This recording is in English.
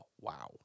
wow